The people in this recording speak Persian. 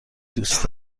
دوست